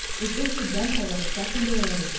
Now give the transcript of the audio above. is incidental and secondary,